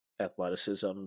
athleticism